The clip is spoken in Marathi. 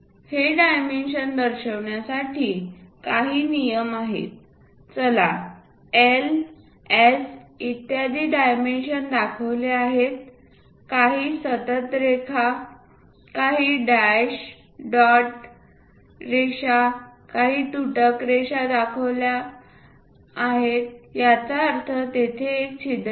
हे डायमेन्शन दर्शविण्यासाठी काही नियम आहेत चला L S इत्यादी डायमेन्शन दाखविले आहेत काही सतत रेखा काही डॅश डॉट रेषा काही तुटक रेषा दाखविल्या गेल्या आहेत याचा अर्थ तेथे एक छिद्र आहे